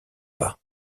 pas